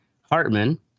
Hartman